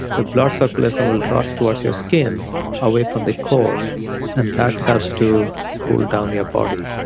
your blood circulation will draw towards your skin away from the core and that helps to cool down your body.